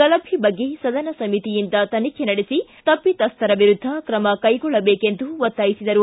ಗಲಭೆ ಬಗ್ಗೆ ಸದನ ಸಮಿತಿಯಿಂದ ತನಿಖೆ ನಡೆಸಿ ತಪ್ಪಿಸ್ಥರ ವಿರುದ್ಧ ಕ್ರಮ ಕೈಗೊಳ್ಳಬೇಕೆಂದು ಒತ್ತಾಯಿಸಿದರು